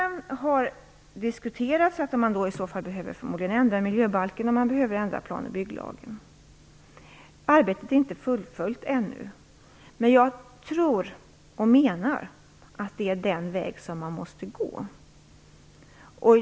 Det har diskuterats att man i så fall förmodligen behöver ändra miljöbalken och planoch bygglagen. Arbetet är inte fullföljt ännu, men jag tror och menar att det är den väg man måste gå.